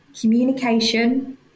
communication